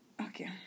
Okay